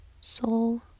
soul